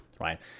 right